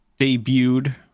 debuted